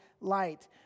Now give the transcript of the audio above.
light